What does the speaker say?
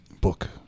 book